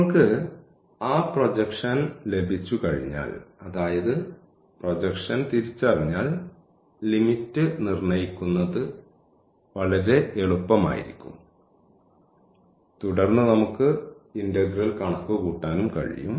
നമ്മൾക്ക് ആ പ്രൊജക്ഷൻ ലഭിച്ചുകഴിഞ്ഞാൽ അതായത് പ്രൊജക്ഷൻ തിരിച്ചറിഞ്ഞാൽ ലിമിറ്റ് നിർണ്ണയിക്കുന്നത് വളരെ എളുപ്പമായിരിക്കും തുടർന്ന് നമുക്ക് ഇന്റഗ്രൽ കണക്കുകൂട്ടാനും കഴിയും